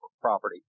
property